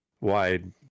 wide